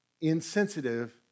insensitive